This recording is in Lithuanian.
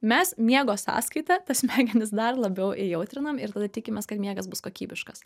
mes miego sąskaita tas smegenis dar labiau įjautrinam ir tada tikimės kad miegas bus kokybiškas